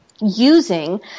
Using